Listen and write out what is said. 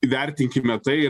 įvertinkime tai